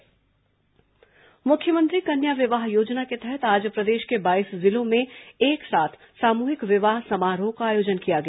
मुख्यमंत्री कन्या विवाह योजना मुख्यमंत्री कन्या विवाह योजना के तहत आज प्रदेश के बाईस जिलों में एक साथ सामूहिक विवाह समारोह का आयोजन किया गया